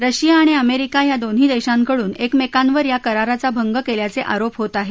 Russia आणि America या दोन्ही देशांकडून एकमेकांवर या कराराचा भंग केल्याचे आरोप होत आहेत